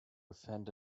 offend